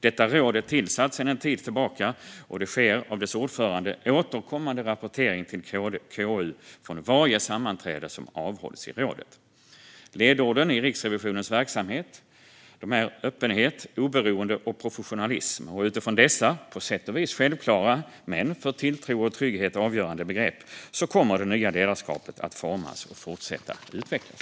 Detta råd är tillsatt sedan en tid tillbaka, och det sker av dess ordförande återkommande rapportering till KU från varje sammanträde som avhålls i rådet. Ledorden i Riksrevisionens verksamhet är öppenhet, oberoende och professionalism. Utifrån dessa på sätt och vis självklara men för tilltro och trygghet avgörande begrepp kommer det nya ledarskapet att formas och fortsätta utvecklas.